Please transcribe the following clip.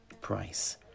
price